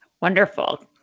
Wonderful